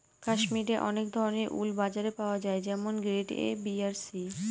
কাশ্মিরে অনেক ধরনের উল বাজারে পাওয়া যায় যেমন গ্রেড এ, বি আর সি